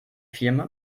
firma